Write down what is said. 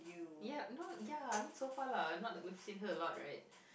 yeap no ya I mean so far lah not like we've seen her a lot right